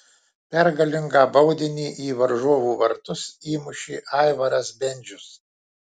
pergalingą baudinį į varžovų vartus įmušė aivaras bendžius